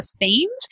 themes